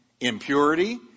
impurity